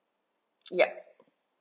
yup